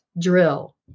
drill